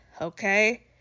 okay